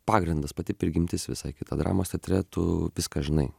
pagrindas pati prigimtis visai kita dramos teatre tu viską žinai